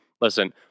listen